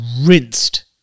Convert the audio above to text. rinsed